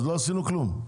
אז לא עשינו כלום.